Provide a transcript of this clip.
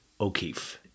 O'Keefe